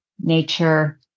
nature